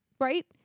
Right